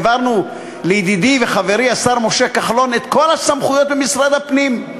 העברנו לידידי וחברי השר משה כחלון את כל הסמכויות במשרד הפנים.